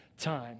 time